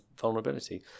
vulnerability